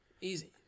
Easy